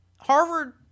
Harvard